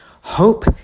Hope